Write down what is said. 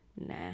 Nah